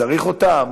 צריך אותה?